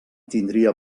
tindria